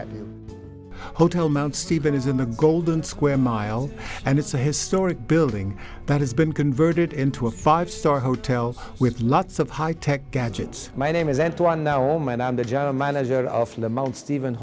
at hotel mount stephen is in the golden square mile and it's a historic building that has been converted into a five star hotel with lots of high tech gadgets my name is enter on now oh man i'm the general manager of the mount stephen